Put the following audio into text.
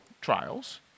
trials